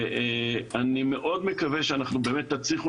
ואני מקווה מאוד שתעבדו